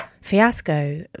fiasco